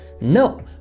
no